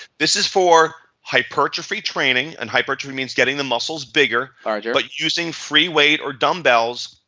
this is for hypertrophy training and hypertrophy means getting the muscle bigger ah yeah but using free weight or dumbbells.